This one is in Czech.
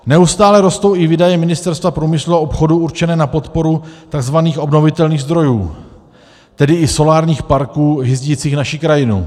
Neustále rostou i výdaje Ministerstva průmyslu a obchodu určené na podporu tzv. obnovitelných zdrojů, tedy i solárních parků hyzdících naší krajinu.